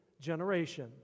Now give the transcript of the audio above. generation